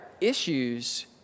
issues